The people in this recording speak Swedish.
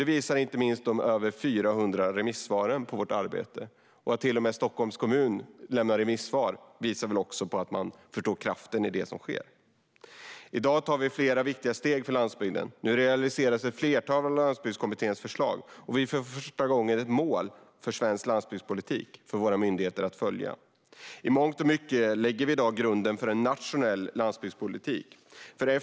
Det visar inte minst de över 400 remissvaren på vårt arbete. Att till och med Stockholms kommun lämnar remissvar visar väl också att man förstår kraften i det som sker. I dag tar vi flera viktiga steg för landsbygden. Nu realiseras ett flertal av Landsbygdskommitténs förslag, och vi får för första gången mål för svensk landsbygdspolitik för våra myndigheter att följa. I mångt och mycket lägger vi i dag grunden för en nationell landsbygdspolitik.